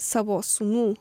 savo sūnų